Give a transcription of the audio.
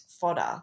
fodder